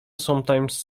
sometimes